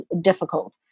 difficult